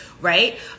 right